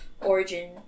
origin